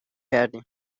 کردیم